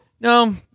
No